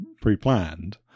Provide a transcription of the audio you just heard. pre-planned